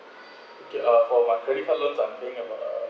okay uh for my credit card loan I'm paying at uh